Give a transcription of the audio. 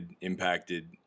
impacted